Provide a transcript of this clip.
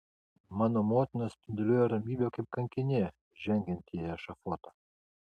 mano motina spinduliuoja ramybe kaip kankinė žengianti į ešafotą